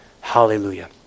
Hallelujah